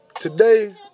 today